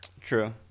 true